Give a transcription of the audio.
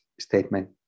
statement